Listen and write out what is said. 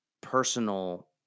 personal